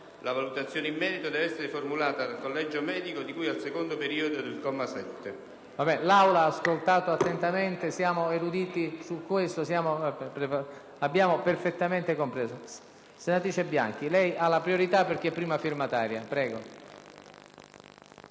La valutazione in merito deve essere formulata dal collegio medico di cui al secondo periodo del comma 7".